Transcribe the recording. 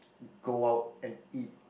go out and eat